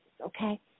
okay